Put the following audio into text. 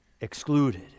excluded